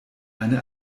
eine